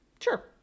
Sure